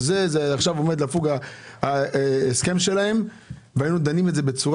עומד לפוג ההסכם שלהם והיינו דנים בצורה